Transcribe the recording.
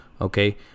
Okay